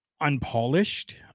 unpolished